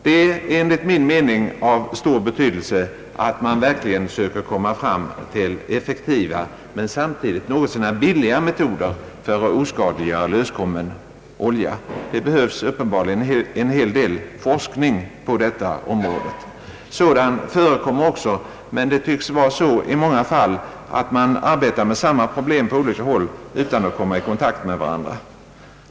Det är enligt min mening av stor betydelse att man verkligen söker komma fram till effektiva men samtidigt något så när billiga metoder för att oskadliggöra löskommen olja. Det behövs uppenbarligen en hel del forskning på detta område, Sådan förekommer också, men det tycks vara så i många fall att man arbetar med samma problem på olika håll utan att komma i kontakt med varandra.